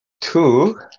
two